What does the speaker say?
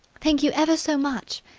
thank you ever so much,